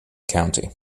county